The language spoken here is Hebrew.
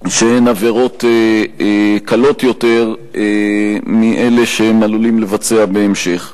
שהן עבירות קלות יותר מאלה שהם עלולים לבצע בהמשך.